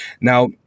Now